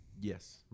Yes